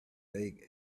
lake